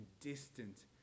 distant